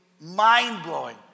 mind-blowing